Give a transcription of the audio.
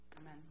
Amen